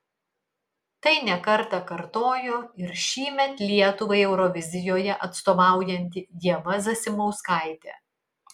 tai ne kartą kartojo ir šįmet lietuvai eurovizijoje atstovaujanti ieva zasimauskaitė